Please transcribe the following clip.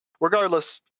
Regardless